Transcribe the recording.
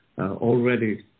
already